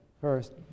first